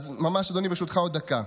ממש, אדוני, ברשותך עוד דקה.